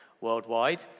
worldwide